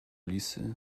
lisy